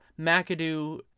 McAdoo